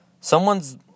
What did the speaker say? Someone's